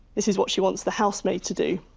this is what she wants the housemaid to do,